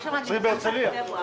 אם יהיו לך את ההעברות.